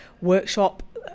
workshop